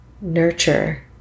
nurture